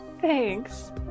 Thanks